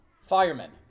firemen